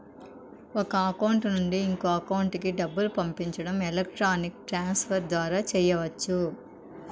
ఒక అకౌంట్ నుండి ఇంకో అకౌంట్ కి డబ్బులు పంపించడం ఎలక్ట్రానిక్ ట్రాన్స్ ఫర్ ద్వారా చెయ్యచ్చు